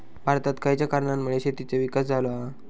भारतात खयच्या कारणांमुळे शेतीचो विकास झालो हा?